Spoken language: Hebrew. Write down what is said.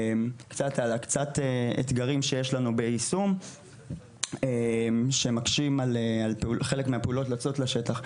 קצת אתגרים שיש לנו ביישום שמקשים על חלק מהפעולות לצאת לשטח.